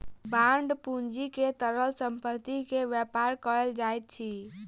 bond पूंजी में तरल संपत्ति के व्यापार कयल जाइत अछि